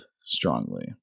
strongly